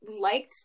liked